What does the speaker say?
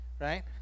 right